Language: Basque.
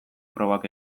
probak